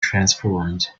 transformed